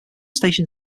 station